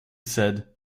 said